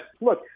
look